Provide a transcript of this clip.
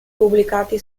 pubblicati